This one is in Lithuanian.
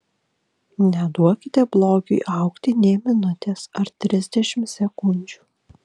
neduokite blogiui augti nė minutės ar trisdešimt sekundžių